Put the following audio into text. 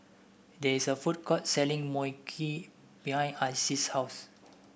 there is a food court selling Mui Kee behind Isis' house